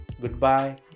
Goodbye